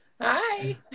Hi